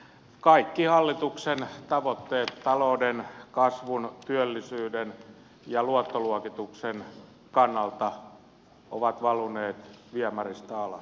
kaikki hallituksen tavoitteet talouden kasvun työllisyyden ja luottoluokituksen kannalta ovat valuneet viemäristä alas